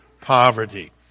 poverty